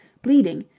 bleeding,